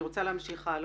אני רוצה להמשיך הלאה.